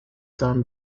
done